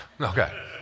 Okay